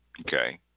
Okay